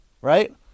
right